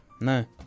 No